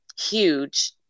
huge